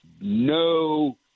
No